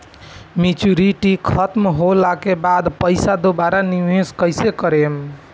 Maturity खतम होला के बाद पईसा दोबारा निवेश कइसे करेम?